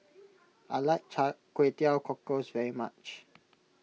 I like Kway Teow Cockles very much